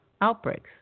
outbreaks